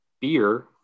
beer